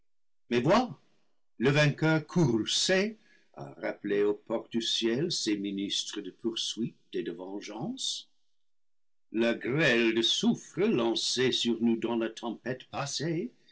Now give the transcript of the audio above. mais vois le vainqueur courroucé a rappelé aux portes du ciel ses ministres de poursuite et de vengeance la grêle de soufre lancée sur nous dans la tempête passée